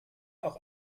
auch